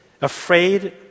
afraid